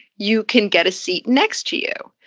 you can get a seat next to you.